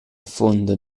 fondo